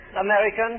American